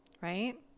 Right